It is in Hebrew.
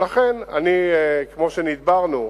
ולכן אני, כמו שנדברנו,